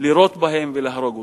לירות בהם ולהרוג אותם.